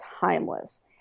timeless